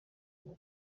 uba